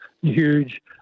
huge